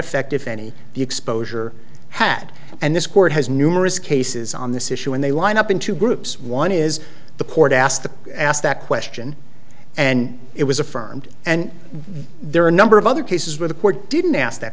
effect if any the exposure had and this court has numerous cases on this issue and they line up into groups one is the court asked to ask that question and it was affirmed and there are a number of other cases where the court didn't ask that